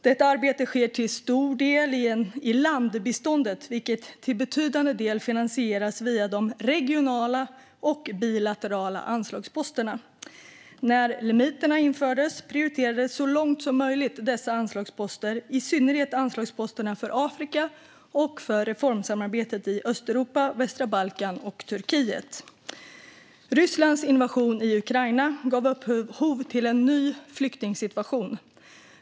Detta arbete sker till stor del i landbiståndet, vilket till betydande del finansieras via de regionala och bilaterala anslagsposterna. När de så kallade limiterna infördes prioriterades så långt möjligt dessa anslagsposter, i synnerhet anslagsposterna för Afrika och för reformsamarbete i Östeuropa, västra Balkan och Turkiet. Rysslands invasion i Ukraina gav upphov till en ny flyktingsituation.